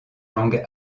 langue